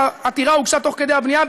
העתירה הוגשה תוך כדי הבנייה,